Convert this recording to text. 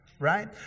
right